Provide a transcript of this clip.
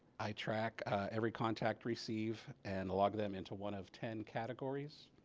i track every contact receive and log them into one of ten categories